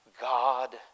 God